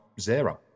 zero